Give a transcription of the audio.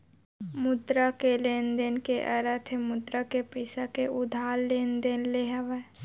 मुद्रा के लेन देन के अरथ हे मुद्रा के पइसा के उधार लेन देन ले हावय